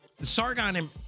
sargon